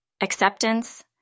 acceptance